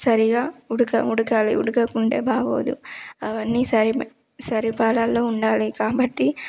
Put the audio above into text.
సరిగ్గా ఉడక ఉడకాలి ఉడకకుంటే బాగోదు అవన్నీ సరి సరిపాళల్లో ఉండాలి కాబట్టి